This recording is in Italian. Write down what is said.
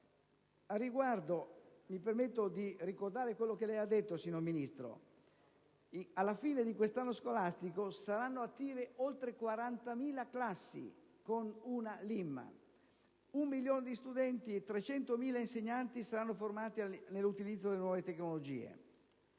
Al riguardo mi permetto di ricordare quello che lei ha detto, signora Ministro. Alla fine di quest'anno scolastico saranno attive oltre 40.000 classi con la LIM, cioè la lavagna interattiva multimediale; un milione di studenti e 300.000 insegnanti saranno formati nell'utilizzo delle nuove tecnologie.